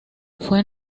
fue